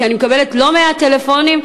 כי אני מקבלת לא מעט טלפונים,